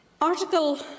Article